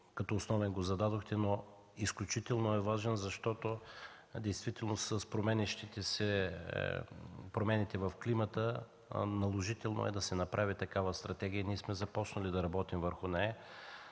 като основен, но е изключително важен, защото действително с промените в климата е наложително да се направи такава стратегия и ние сме започнали да работим върху нея.